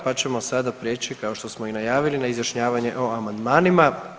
Pa ćemo sada prijeći kao što smo i najavili izjašnjavanje o amandmanima.